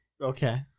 okay